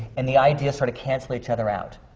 and the ideas sort of cancel each other out.